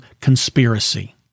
conspiracy